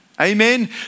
Amen